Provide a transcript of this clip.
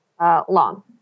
long